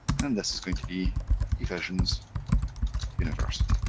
and this is going to be evisions university.